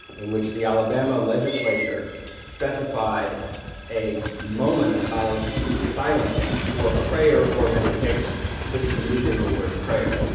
in which the alabama legislature specified a moment of silence for prayer or meditation, specifically using the word prayer,